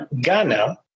Ghana